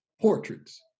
portraits